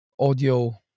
audio